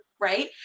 right